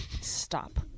stop